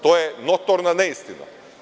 To je notorna neistina.